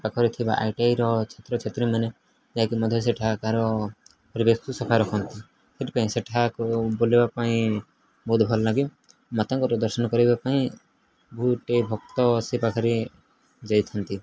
ପାଖରେ ଥିବା ଆଇଟିଆଇର ଛାତ୍ରଛାତ୍ରୀ ମାନେ ଯାଇକି ମଧ୍ୟ ସେଠାକାର ପରିବେଶକୁ ସଫା ରଖନ୍ତି ସେଥିପାଇଁ ସେଠାକୁ ବଲେବା ପାଇଁ ବହୁତ ଭଲ ଲାଗେ ମାତାଙ୍କର ଦର୍ଶନ କରିବା ପାଇଁ ବହୁଟେ ଭକ୍ତ ସେ ପାଖରେ ଯାଇଥାନ୍ତି